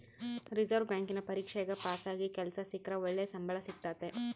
reserve ಬ್ಯಾಂಕಿನ ಪರೀಕ್ಷೆಗ ಪಾಸಾಗಿ ಕೆಲ್ಸ ಸಿಕ್ರ ಒಳ್ಳೆ ಸಂಬಳ ಸಿಕ್ತತತೆ